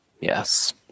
Yes